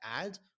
ads